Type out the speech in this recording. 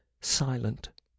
silent